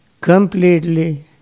completely